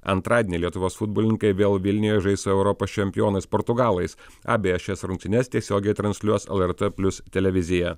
antradienį lietuvos futbolininkai vėl vilniuje žais su europos čempionais portugalais abejas šias rungtynes tiesiogiai transliuos lrt plius televizija